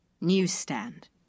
newsstand